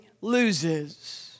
loses